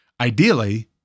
Ideally